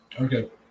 Okay